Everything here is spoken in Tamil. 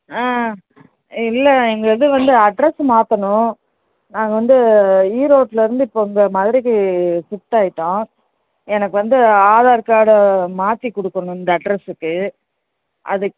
ஆ இல்லை எங்கள் இது வந்து அட்ரெஸ்ஸு மாற்றணும் நாங்கள் வந்து ஈரோட்லிருந்து இப்போது இங்கே மதுரைக்கு ஷிஃப்ட் ஆகிட்டோம் எனக்கு வந்து ஆதார் கார்டை மாற்றி கொடுக்கணும் இந்த அட்ரெஸ்ஸுக்கு அதுக்